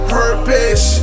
purpose